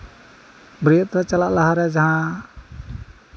ᱵᱟᱹᱨᱭᱟᱹᱛᱚᱜ ᱪᱟᱞᱟᱜ ᱞᱟᱦᱟᱨᱮ ᱡᱟᱦᱟᱸ